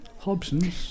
Hobsons